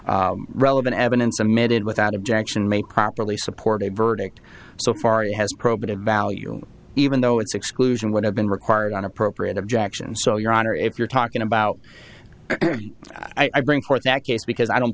that relevant evidence submitted without objection made properly supported verdict so far it has probative value even though its exclusion would have been required an appropriate objection so your honor if you're talking about i bring forth that case because i don't